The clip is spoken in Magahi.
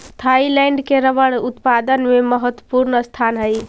थाइलैंड के रबर उत्पादन में महत्त्वपूर्ण स्थान हइ